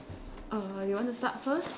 err you want to start first